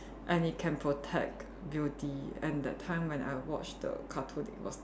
and he can protect beauty and that time when I watched the cartoon it was like